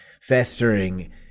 festering